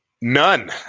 None